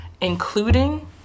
including